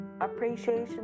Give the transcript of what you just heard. appreciation